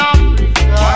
Africa